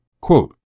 Quote